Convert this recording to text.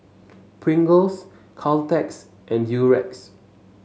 Pringles Caltex and Durex